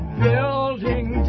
building